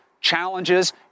challenges